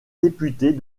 députés